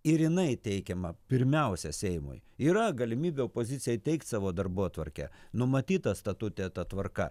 ir jinai teikiama pirmiausia seimui yra galimybė opozicijai teikt savo darbotvarkę numatyta statute ta tvarka